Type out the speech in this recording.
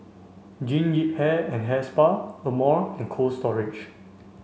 Jean Yip Hair and Hair Spa Amore and Cold Storage